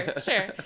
Sure